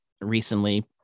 recently